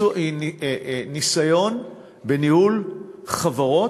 בעלי ניסיון בניהול חברות.